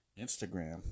Instagram